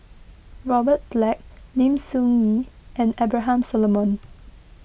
Robert Black Lim Soo Ngee and Abraham Solomon